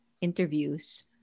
interviews